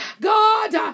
God